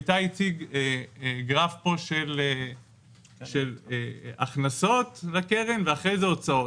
איתי הציג גרף של הכנסות לקרן ואחרי זה הוצאות,